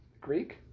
Greek